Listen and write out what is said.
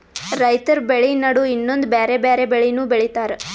ರೈತರ್ ಬೆಳಿ ನಡು ಇನ್ನೊಂದ್ ಬ್ಯಾರೆ ಬ್ಯಾರೆ ಬೆಳಿನೂ ಬೆಳಿತಾರ್